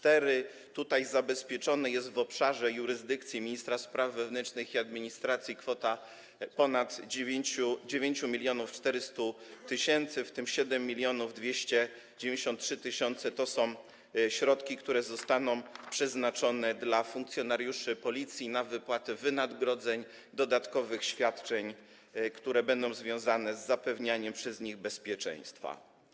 Tutaj zabezpieczona jest w obszarze jurysdykcji ministra spraw wewnętrznych i administracji kwota ponad 9400 tys., w tym 7293 tys. to są środki, które zostaną przeznaczone dla funkcjonariuszy Policji na wypłatę wynagrodzeń, dodatkowych świadczeń, które będą związane z zapewnianiem przez nich bezpieczeństwa.